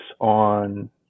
on